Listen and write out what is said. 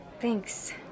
Thanks